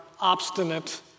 obstinate